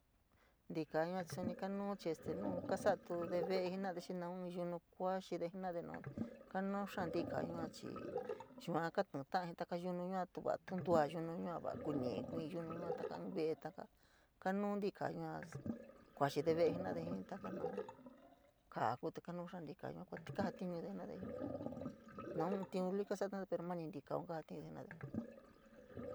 Ntika yua suní kanu chií este nu kasatude jenade xi naún yunu kua chide jenade naun te kanuu xáá ntikaa yua chií, yua katínta´a jii taka yunu yua tu vaa ñtu yunu yua koa kuniri yunu yua taka. In vee, taka. Komon nitkaa yua, kua xíde vee jenade, in taka naun kaa ku te kanuu xáá ntikaa yua kuatiu, kajatiunde jenade jii. Naun tiin luli kasatude pero mani nitkau kajatiunde jenade.